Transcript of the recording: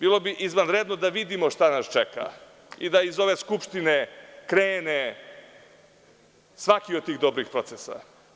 Bilo bi izvanredno da vidimo šta nas čeka i da iz ove Skupštine krene svaki od tih dobrih procesa.